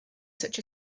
such